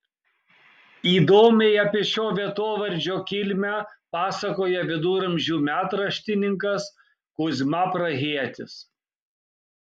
įdomiai apie šio vietovardžio kilmę pasakoja viduramžių metraštininkas kuzma prahietis